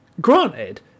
granted